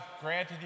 granted